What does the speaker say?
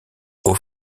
aux